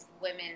women